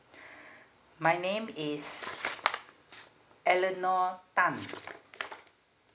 my name is eleanor tan